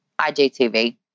IGTV